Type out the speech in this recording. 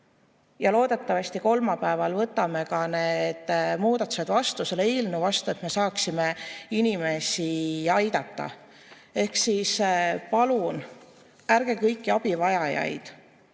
Loodetavasti kolmapäeval võtame need muudatused, selle eelnõu vastu, et me saaksime inimesi aidata. Ja palun ärge kõiki abivajajaid